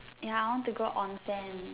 ya I want to go Onsen